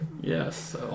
Yes